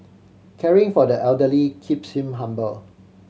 caring for the elderly keeps him humble